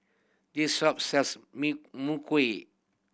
this shop sells